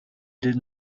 did